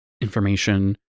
information